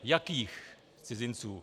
Jakých cizinců?